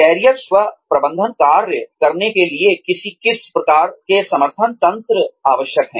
career स्व प्रबंधन कार्य करने के लिए किस प्रकार के समर्थन तंत्र आवश्यक हैं